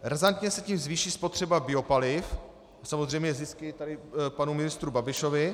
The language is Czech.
Razantně se tím zvýší spotřeba biopaliv, samozřejmě zisky panu ministru Babišovi.